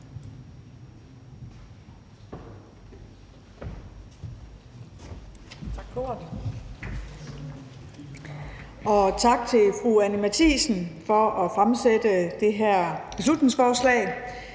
tak til fru Anni Matthiesen for at fremsætte det her beslutningsforslag.